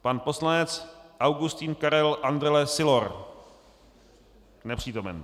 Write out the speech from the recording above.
Pan poslanec Augustin Karel Andrle Sylor: Nepřítomen.